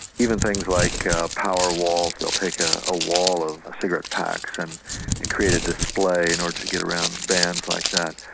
even things like power walls they'll take ah a wall of cigarette packs and and create a display in order to get around bans like that.